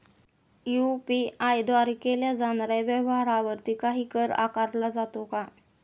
UPI द्वारे केल्या जाणाऱ्या व्यवहारावरती काही कर आकारला जातो का?